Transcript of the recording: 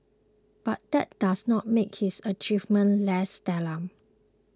but that does not make his achievements less stellar